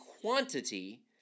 quantity